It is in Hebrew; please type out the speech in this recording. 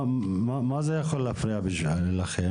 במה זה יכול להפריע לכם?